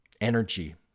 energy